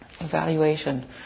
Evaluation